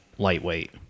lightweight